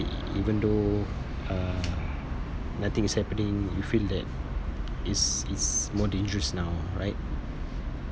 even though uh nothing is happening you feel that it's it's more dangerous now right